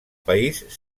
país